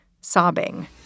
sobbing